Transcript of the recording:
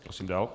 Prosím dál.